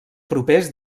propers